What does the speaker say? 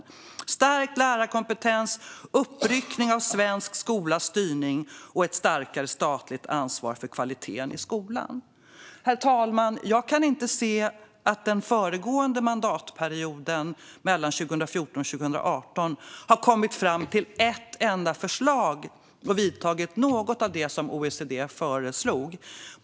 Det handlar om stärkt lärarkompetens, uppryckning av svensk skolas styrning och ett starkare statligt ansvar för kvaliteten i skolan. Herr talman! Jag kan inte se att man under den föregående mandatperioden, 2014-2018, kom fram till ett enda förslag eller gjorde något av det som OECD föreslog.